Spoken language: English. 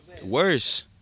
Worse